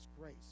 grace